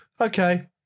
okay